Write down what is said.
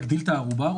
תגדיל לרוכש את הערובה?